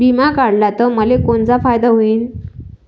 बिमा काढला त मले कोनचा फायदा होईन?